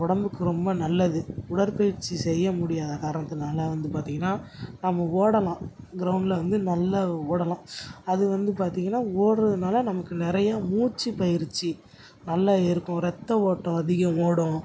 உடம்புக்கு ரொம்ப நல்லது உடற்பயிற்சி செய்ய முடியாத காரணத்துனால் வந்து பார்த்திங்கன்னா நம்ம ஓடலாம் க்ரௌண்ட்டில் வந்து நல்ல ஓடலாம் அது வந்து பார்த்திங்கன்னா ஓடுறதுனால நமக்கு நிறையா மூச்சி பயிற்சி நல்லா இருக்கும் இரத்த ஓட்டம் அதிகம் ஓடும்